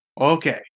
Okay